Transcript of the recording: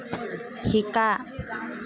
শিকা